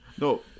no